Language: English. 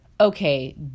okay